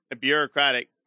bureaucratic